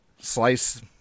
Slice